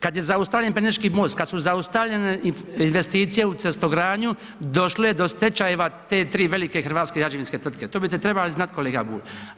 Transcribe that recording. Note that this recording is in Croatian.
Kad je zaustavljen Pelješki most, kada su zaustavljene investicije u cestogradnji došle do stečajeve te tri velike hrvatske građevinske tvrtke, to biste trebali znati kolega Bulj.